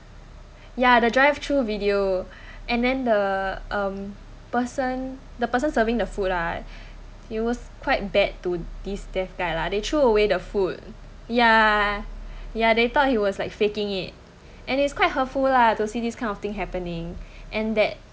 ya the drive through video and then the um person the person serving the food lah he was quite bad to this deaf guy lah they threw away the food ya ya they thought he was like faking it and it's quite hurtful lah to see this kind of thing happening and that